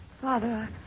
Father